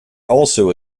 also